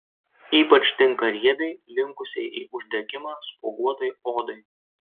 ypač tinka riebiai linkusiai į uždegimą spuoguotai odai